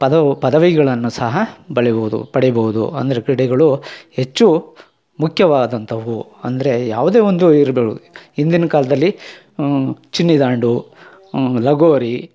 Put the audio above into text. ಪದವು ಪದವಿಗಳನ್ನು ಸಹ ಬಳಿಬೌದು ಪಡಿಬೌದು ಅಂದರೆ ಕ್ರೀಡೆಗಳು ಹೆಚ್ಚು ಮುಖ್ಯವಾದಂಥವು ಅಂದರೆ ಯಾವುದೇ ಒಂದು ಇರ್ಬೌದು ಇಂದಿನ ಕಾಲದಲ್ಲಿ ಚಿನ್ನಿದಾಂಡು ಲಗೋರಿ